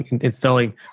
installing